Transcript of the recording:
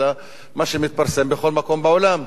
אלא מה שמתפרסם בכל מקום בעולם.